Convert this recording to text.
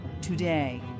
today